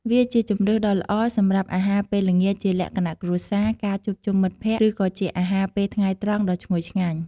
វាជាជម្រើសដ៏ល្អសម្រាប់អាហារពេលល្ងាចជាលក្ខណៈគ្រួសារ ការជួបជុំមិត្តភក្តិ ឬក៏ជាអាហារពេលថ្ងៃត្រង់ដ៏ឈ្ងុយឆ្ងាញ់។